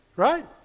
Right